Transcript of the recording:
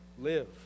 live